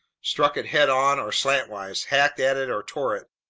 struck it head-on or slantwise, hacked at it or tore it,